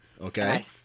Okay